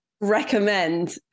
recommend